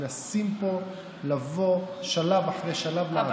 מנסים פה לבוא, שלב אחרי שלב, ולעקור את היהדות.